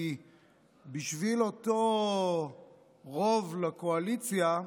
כי בשביל אותו רוב לקואליציה,